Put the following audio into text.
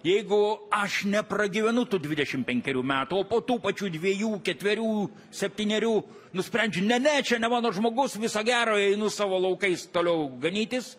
jeigu aš nepragyvenu tų dvidešim penkerių metų o po tų pačių dviejų ketverių septynerių nusprendžiu ne ne čia ne mano žmogus viso gero einu savo laukais toliau ganytis